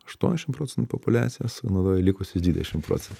aštuoniasdešimt procentų populiacijos sunaudoja likusius dvidešimt procen